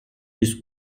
ist